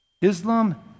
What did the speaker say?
Islam